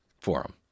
forum